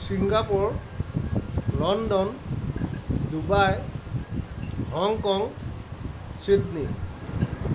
Singapore London Dubai Hong Kong Sydney